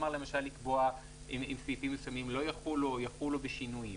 למשל לקבוע אם סעיפים מסוימים לא יחולו או יחולו בשינויים.